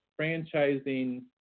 franchising